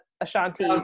Ashanti